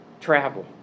travel